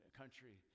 country